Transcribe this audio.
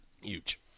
huge